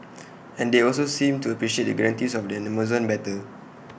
and they also seemed to appreciate the guarantees of an Amazon better